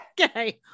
Okay